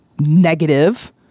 negative